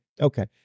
Okay